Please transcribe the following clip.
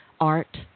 art